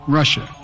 russia